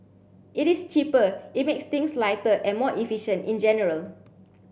it is cheaper it makes things lighter and more efficient in general